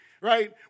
right